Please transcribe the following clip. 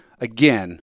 Again